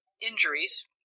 injuries